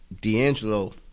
D'Angelo